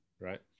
right